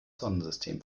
sonnensystem